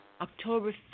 October